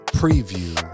preview